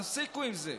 תפסיקו עם זה.